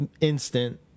instant